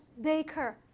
Baker